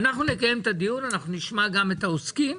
אנחנו נקיים את הדיון ונשמע גם את העוסקים.